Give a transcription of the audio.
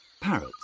parrots